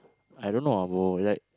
I don't know ah bro like